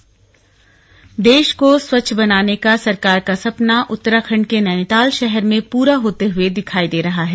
स्वच्छता नैनीताल देश को स्वच्छ बनाने का सरकार का सपना उत्तराखण्ड के नैनीताल शहर में पूरा होते हए दिखाई दे रहा है